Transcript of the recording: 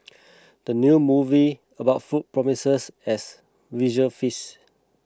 the new movie about food promises as visual feast